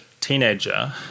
teenager